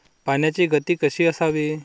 पाण्याची गती कशी असावी?